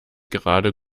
gerade